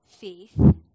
faith